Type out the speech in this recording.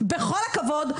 בכל הכבוד,